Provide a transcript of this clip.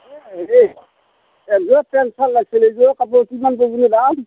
এই হেৰি একযোৰা পেণ্ট চাৰ্ট লাগিছিল এইযোৰা কাপোৰত কিমান পৰিবনো দাম